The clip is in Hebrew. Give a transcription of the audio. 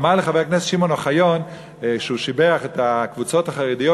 אמר לי חבר הכנסת שמעון אוחיון שהוא שיבח את הקבוצות החרדיות